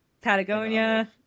patagonia